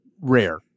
rare